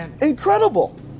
Incredible